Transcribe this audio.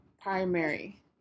primary